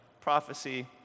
Prophecy